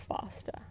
faster